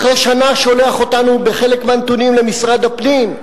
אחרי שנה שולח אותנו בחלק מהנתונים למשרד הפנים.